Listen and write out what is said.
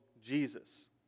Jesus